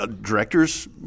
Directors